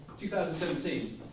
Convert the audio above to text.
2017